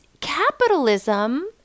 capitalism